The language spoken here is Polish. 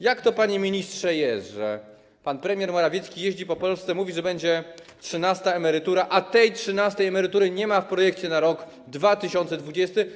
Jak to jest, panie ministrze, że pan premier Morawiecki jeździ po Polsce, mówi, że będzie trzynasta emerytura, a tej trzynastej emerytury nie ma w projekcie na rok 2020?